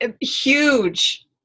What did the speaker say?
huge